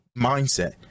mindset